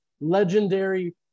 legendary